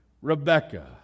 Rebecca